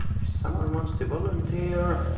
if someone wants to volunteer,